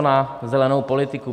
Na zelenou politiku.